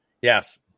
Yes